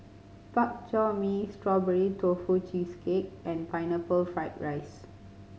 Bak Chor Mee Strawberry Tofu Cheesecake and Pineapple Fried rice